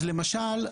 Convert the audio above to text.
למשל,